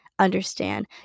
understand